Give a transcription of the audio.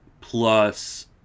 plus